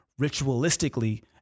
ritualistically